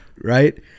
right